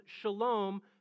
shalom